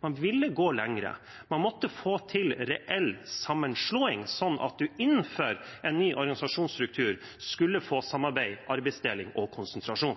Man ville gå lenger. Man måtte få til reell sammenslåing, sånn at man innenfor en ny organisasjonsstruktur skulle få samarbeid, arbeidsdeling og konsentrasjon.